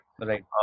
right